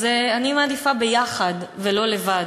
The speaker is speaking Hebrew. אז אני מעדיפה ביחד ולא לבד.